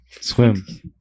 Swim